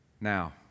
Now